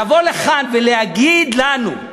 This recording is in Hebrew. לבוא לכאן ולהגיד לנו,